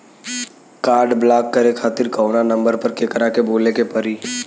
Card block करे खातिर कवना नंबर पर केकरा के बोले के परी?